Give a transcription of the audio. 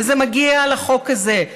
וזה מגיע לחוק הזה.